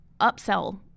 upsell